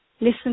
listen